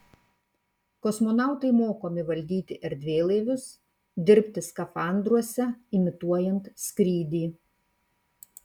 kosmonautai mokomi valdyti erdvėlaivius dirbti skafandruose imituojant skrydį